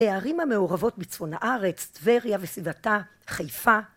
הערים המעורבות בצפון הארץ, טבריה וסביבתה, חיפה...